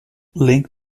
link